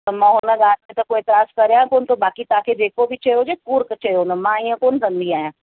त मां हुन ॻाल्हि ते त कोई एतिराज़ु करियां कोन थो बाक़ी तव्हांखे जेको बि चयो हुजे कूड़ु चयो हूंदो मां इअं कोन कंदी आहियां